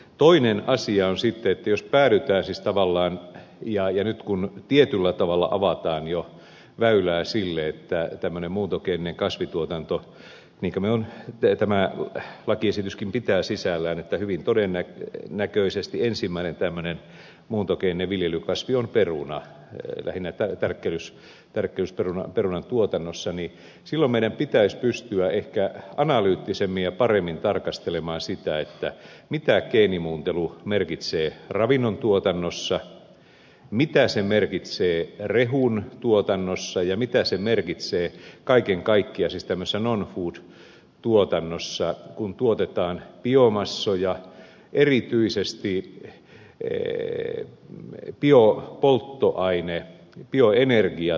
toinen asia on sitten että kun nyt tietyllä tavalla ovat ään joka väyläsi liittää avataan jo väylää tämmöiselle muuntogeeniselle kasvintuotannolle minkä tämä lakiesityskin pitää sisällään että hyvin todennäköisesti ensimmäinen tämmöinen muuntogeeninen viljelykasvi on peruna lähinnä tärkkelysperuna perunantuotannossa niin silloin meidän pitäisi pystyä ehkä analyyttisemmin ja paremmin tarkaste lemaan sitä mitä geenimuuntelu merkitsee ravinnontuotannossa mitä se merkitsee rehuntuotannossa ja mitä se merkitsee kaiken kaikkiaan siis tämmöisessä non food tuotannossa kun tuotetaan biomassoja erityisesti biopolttoainetta bioenergiaa